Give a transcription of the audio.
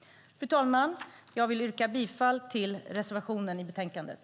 Fru talman! Jag vill yrka bifall till reservationen i betänkandet.